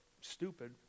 stupid